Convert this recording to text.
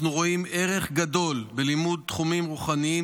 אנחנו רואים ערך גדול בלימוד תחומים רוחניים,